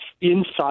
inside